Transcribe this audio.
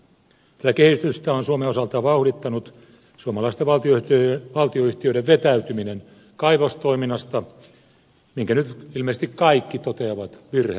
tätä kehitystä on suomen osalta vauhdittanut suomalaisten valtionyhtiöiden vetäytyminen kaivostoiminnasta minkä nyt ilmeisesti kaikki toteavat virhearvioksi